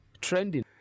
trending